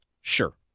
Sure